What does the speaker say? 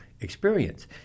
experience